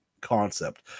concept